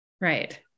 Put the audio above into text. Right